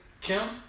Kim